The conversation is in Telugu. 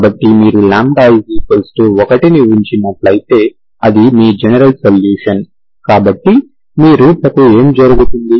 కాబట్టి మీరు λ1ని ఉంచినట్లయితే అది మీ జనరల్ సొల్యూషన్ కాబట్టి మీ రూట్ లకు ఏమి జరుగుతుంది